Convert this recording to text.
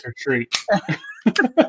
trick-or-treat